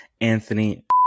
Anthony